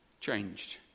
Changed